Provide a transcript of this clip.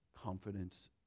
confidence